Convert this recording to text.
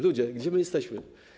Ludzie, gdzie my jesteśmy?